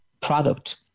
product